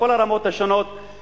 בכל הרמות השונות,